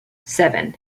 seven